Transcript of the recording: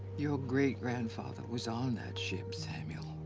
your great grandfather was on that ship, samuel.